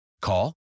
Call